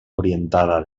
orientada